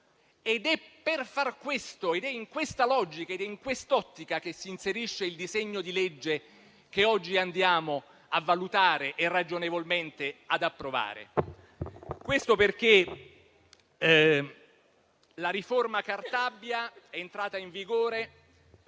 agile e moderno. È in questa logica e in quest'ottica che si inserisce il disegno di legge che oggi andiamo a valutare e ragionevolmente ad approvare. La riforma Cartabia entrata in vigore